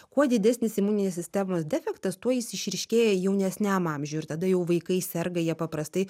kuo didesnis imuninės sistemos defektas tuo jis išryškėja jaunesniam amžiuj ir tada jau vaikai serga jie paprastai